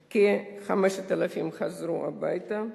בשנת 2007 חזרו הביתה כ-5,000,